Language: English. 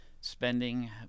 spending